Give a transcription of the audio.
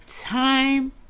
time